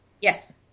Yes